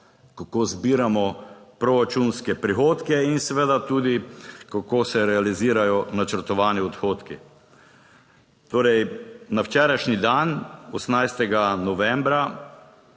kako zbiramo proračunske prihodke in seveda tudi, kako se realizirajo načrtovani odhodki. Torej, na včerajšnji dan, 18. novembra